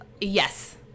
Yes